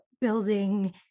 building